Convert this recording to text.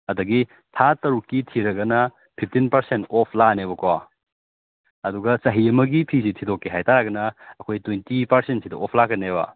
ꯑꯗꯒꯤ ꯊꯥ ꯇꯔꯨꯛꯀꯤ ꯊꯤꯔꯒꯅ ꯐꯤꯐꯇꯤꯟ ꯄꯔꯁꯦꯟ ꯑꯣꯐ ꯂꯥꯛꯑꯅꯦꯕꯀꯣ ꯑꯗꯨꯒ ꯆꯍꯤ ꯑꯃꯒꯤ ꯐꯤꯁꯦ ꯊꯤꯗꯣꯛꯀꯦ ꯍꯥꯏꯇꯥꯔꯒꯅ ꯑꯩꯈꯣꯏ ꯇ꯭ꯋꯦꯟꯇꯤ ꯄꯔꯁꯦꯟꯁꯤꯗ ꯑꯣꯐ ꯂꯥꯛꯀꯅꯦꯕ